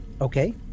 okay